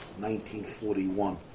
1941